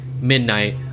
midnight